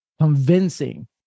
convincing